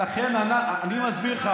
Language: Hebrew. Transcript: אני מסביר לך.